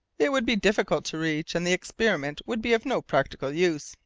it would be difficult to reach, and the experiments would be of no practical use,